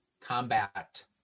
Combat